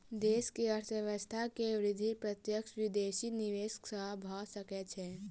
देश के अर्थव्यवस्था के वृद्धि प्रत्यक्ष विदेशी निवेश सॅ भ सकै छै